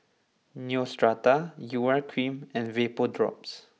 Neostrata Urea Cream and VapoDrops